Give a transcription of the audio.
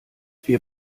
wir